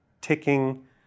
ticking